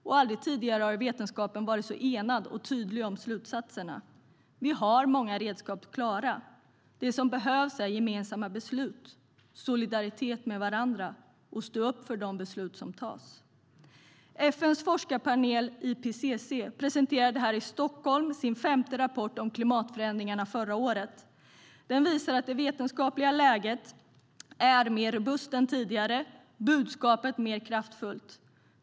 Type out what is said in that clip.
Och aldrig tidigare har vetenskapen varit så enad och tydlig om slutsatserna. Vi har många redskap klara. Det som behövs är gemensamma beslut, solidaritet med varandra och att vi står upp för de beslut som tas. FN:s forskarpanel IPCC presenterade här i Stockholm sin femte rapport om klimatförändringarna förra året. Den visar att det vetenskapliga läget är mer robust än tidigare och budskapet mer kraftfullt.